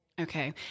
Okay